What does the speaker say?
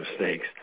mistakes